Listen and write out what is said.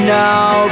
now